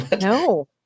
No